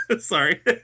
Sorry